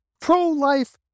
pro-life